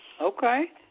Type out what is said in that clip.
Okay